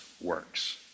works